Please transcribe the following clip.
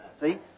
See